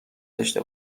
داشته